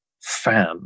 fan